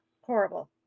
Horrible